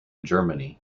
germany